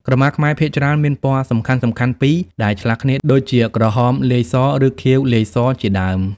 ក្រមាខ្មែរភាគច្រើនមានពណ៌សំខាន់ៗពីរដែលឆ្លាស់គ្នា ដូចជា ក្រហមលាយស ឬ ខៀវលាយស ជាដើម។